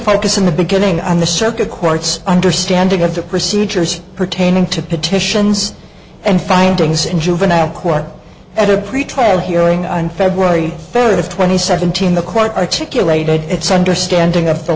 focus in the beginning on the circuit court's understanding of the procedures pertaining to petitions and findings in juvenile court at a pretrial hearing on february fifth twenty seventeen the court articulated its understanding of the